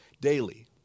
daily